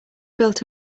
built